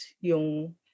yung